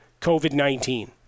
COVID-19